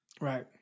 right